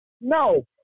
No